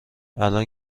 الان